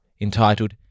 entitled